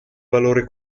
valore